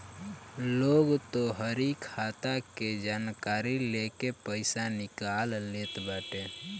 लोग तोहरी खाता के जानकारी लेके पईसा निकाल लेत बाने